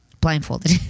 Blindfolded